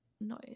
noise